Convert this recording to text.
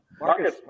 Marcus